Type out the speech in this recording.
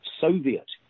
Soviet